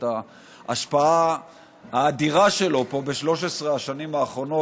את ההשפעה האדירה שלו פה ב-13 השנים האחרונות,